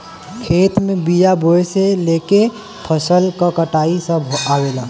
खेत में बिया बोये से लेके फसल क कटाई सभ आवेला